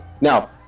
now